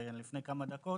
לפני כמה דקות,